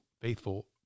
faithful